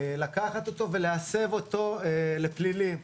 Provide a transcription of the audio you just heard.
ולהסב אותו לפליליים.